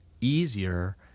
easier